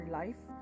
life